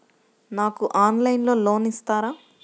నాకు ఆన్లైన్లో లోన్ ఇస్తారా?